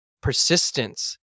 persistence